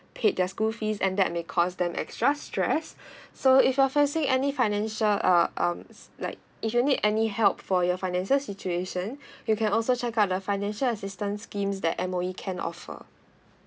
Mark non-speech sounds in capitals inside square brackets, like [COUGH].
paid their school fees and that make cause them extra stress [BREATH] so if you are facing any financial uh um like if you need any help for your finances situation you can also check out the financial assistance schemes that M_O_E can offer